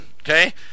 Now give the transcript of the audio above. okay